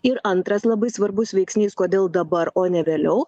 ir antras labai svarbus veiksnys kodėl dabar o ne vėliau